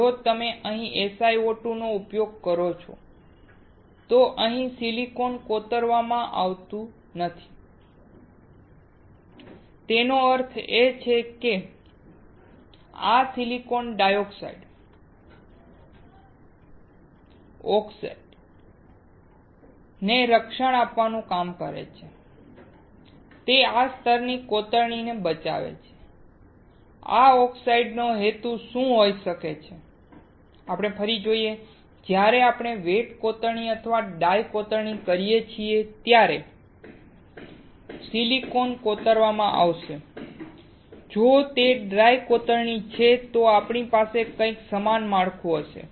જો તે ડ્રાય કોતરણી છે તો આપણી પાસે કંઈક સમાન માળખું હશે